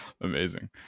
Amazing